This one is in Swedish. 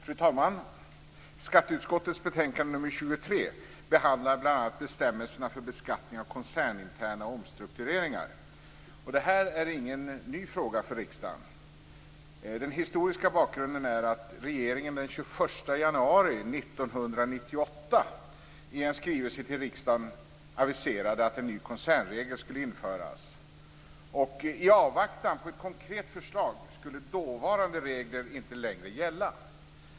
Fru talman! Skatteutskottets betänkande nr 23 behandlar bl.a. bestämmelserna för beskattning av koncerninterna omstruktureringar. Det här är ingen ny fråga för riksdagen. Den historiska bakgrunden är att regeringen den 21 januari 1998 i en skrivelse till riksdagen aviserade att en ny koncernregel skulle införas. I avvaktan på ett konkret förslag skulle dåvarande regler inte längre gälla.